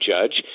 Judge